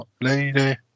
lady